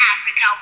Africa